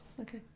Okay